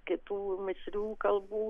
kitų mišrių kalbų